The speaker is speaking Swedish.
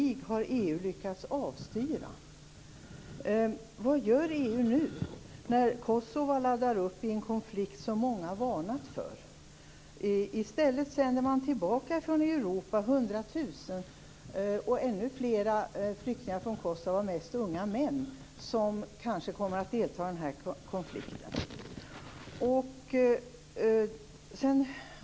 har lyckats avstyra. Vad gör EU nu, när Kosova laddar upp för en konflikt som många har varnat för? Man sänder tillbaka från Europa hundra tusen och ännu fler flyktingar från Kosova, mest unga män, som kanske kommer att delta i den här konflikten.